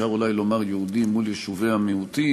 אפשר אולי לומר: יהודים מול יישובי המיעוטים,